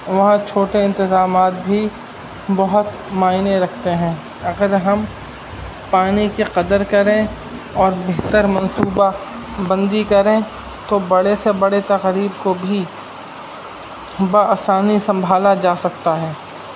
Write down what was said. وہاں چھوٹے انتظامات بھی بہت معانی رکھتے ہیں اگر ہم پانی کے قدر کریں اور بہتر منصوبہ بندی کریں تو بڑے سے بڑے تقریب کو بھی بآسانی سنبھالا جا سکتا ہے